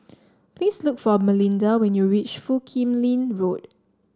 please look for Melinda when you reach Foo Kim Lin Road